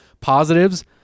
positives